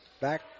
back